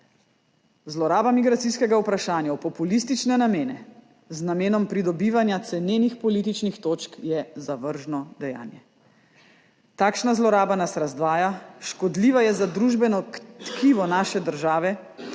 zloraba migracijskega vprašanja v populistične namene, z namenom pridobivanja cenenih političnih točk, je zavržno dejanje. Takšna zloraba nas razdvaja, škodljiva je za družbeno tkivo naše države